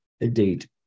Indeed